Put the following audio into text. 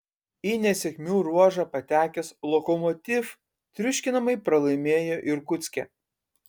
į nesėkmių ruožą patekęs lokomotiv triuškinamai pralaimėjo irkutske